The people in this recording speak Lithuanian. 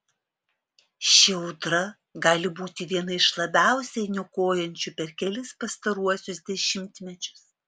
ši audra gali būti viena iš labiausiai niokojančių per kelis pastaruosius dešimtmečius